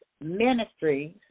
ministries